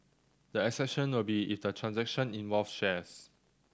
the exception will be if the transaction involved shares